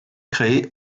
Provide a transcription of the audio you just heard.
créé